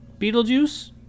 Beetlejuice